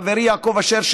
חברי יעקב אשר,